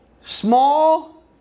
small